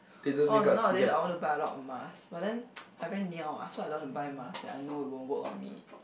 oh nowadays I want to buy a lot of mask but then I very niao ah so I don't want to buy mask that I know it won't work on me